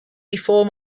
before